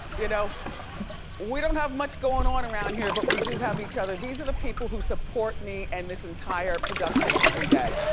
you know we don't have much goin' on around here but we do have each other. these are the people who support me and this entire production every day.